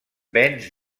béns